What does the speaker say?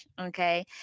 okay